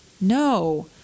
no